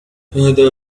هذا